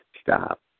Stop